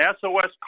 SOS